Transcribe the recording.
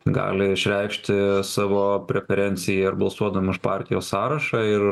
gali išreikšti savo preferenciją ir balsuodami už partijos sąrašą ir